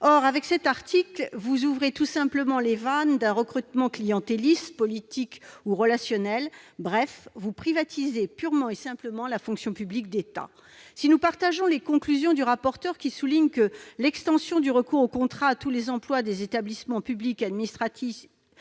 secrétaire d'État, vous ouvrez les vannes d'un recrutement clientéliste, politique ou relationnel. Bref, vous privatisez la fonction publique de l'État. Si nous partageons les conclusions du rapporteur, qui souligne que « l'extension du recours au contrat à tous les emplois des établissements publics administratifs